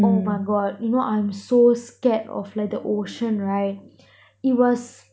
oh my god you know I'm so scared of like the ocean right it was